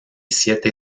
siete